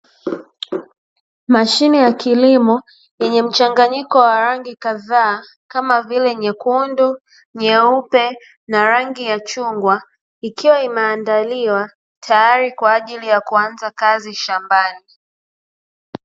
Mashine ya kilimo yenye mchanganyiko wa rangi kadhaa kama vile: nyekundu, nyeupe na rangi ya chugwa, ikiwa imeandaliwa tayari kwa ajili ya kuanza kazi shambani.